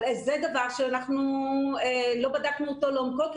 אבל זה דבר שאנחנו לא בדקנו אותו לעומקו כי